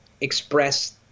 express